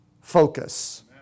focus